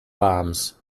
bombs